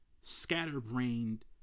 scatterbrained